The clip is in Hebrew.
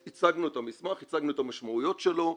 הצגנו את המסמך, הצגנו את המשמעויות שלו.